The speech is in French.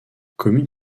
commune